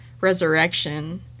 resurrection